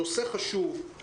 נושא חשוב הוא